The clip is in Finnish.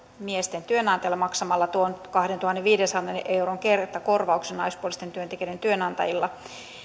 miesten työnantajille maksamalla kahdentuhannenviidensadan euron kertakorvauksen naispuolisten työntekijöiden työnantajille